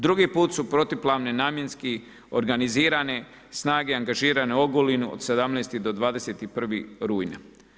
Drugi put su protuplavni namjenski organizirane snage angažirane u Ogulinu od 17. – 21.rujna.